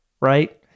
right